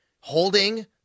holding